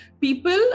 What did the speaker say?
people